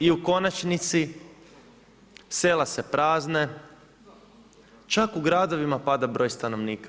I u konačnici sela se prazne, čak u gradovima pada broj stanovnika.